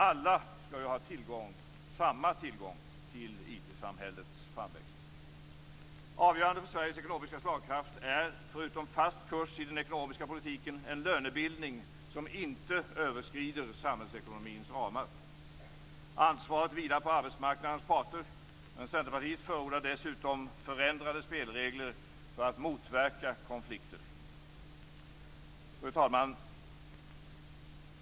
Alla skall ju ha samma tillgång till IT-samhällets tillväxt. Avgörande för Sveriges ekonomiska slagkraft är, förutom fast kurs i den ekonomiska politiken, en lönebildning som inte överskrider samhällsekonomins ramar. Ansvaret vilar på arbetsmarknadens parter, men Centerpartiet förordar dessutom förändrade spelregler för att motverka konflikter. Fru talman!